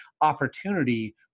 opportunity